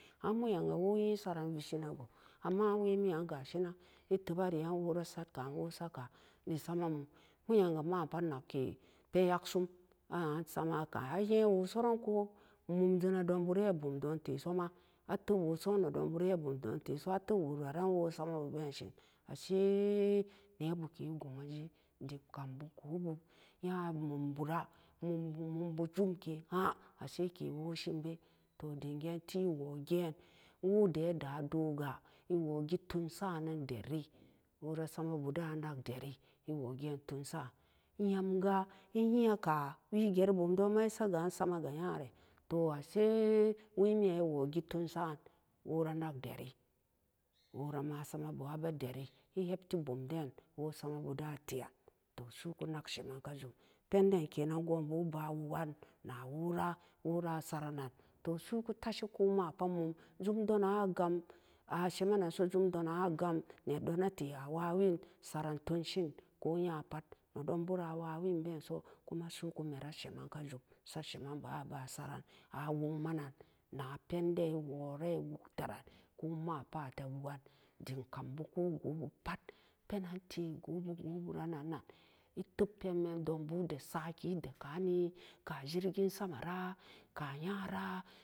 An mo'un nyamga wo nyen saran vishinago amma an wemiyan gashinan etebari an wora satko'an, woo satka'an esama mum weyanga mapat nagke pen yaksum a'an samaka'an a'nyewo soranko mumjena don bure bumdontesoma atepwasoon nedonbure bumdonteso atpwograan wora samabu been shin ashe nebuke go'anje dimkambu go'obu nya mambura mumbu-mumbu jumkeen ha'an asheke wo shinbe to dingeen ti wogeen undeya dadoga iwogi tunsa nan deri wora samabu da'an anag deri ewo geen tunsa nyemga nyi'aka wii geri bumdon-ma esaga an samaga nyare asee wemiyan ewoyi tunsa'an wora nag deri warama samabu abe deri chepti bumden wo-samabu da'un tean to su'uku nok sheman kajum penden kenan goonbu eba wugan nawora-wora saranen to su'uku tashiko mapa mum jamdonan agam ashema nanso jum donan agam nedo nate awawin saran tunshin ko nyaput nedonbora wawin beenso kuma su'uku sheman kajum sapheman ba'an abasoran a' sukman nan na penden ewore ewuk teran ko mapa ate wgan dimkambu ko'ogobu pat penan te gobu goburan-nan etep-penmen donbu de sakide kani ka jirgin samara ka nyara.